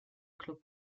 club